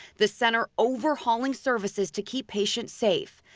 the center overhauling services to keep patients safe.